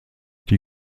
die